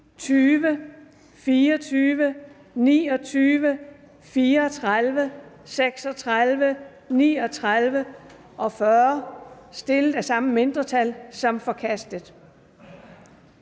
20, 24, 29, 34, 36, 39 og 40, stillet af det samme mindretal, som forkastet.